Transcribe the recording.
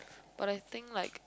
but I think like